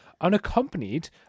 unaccompanied